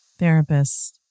therapists